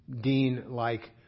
Dean-like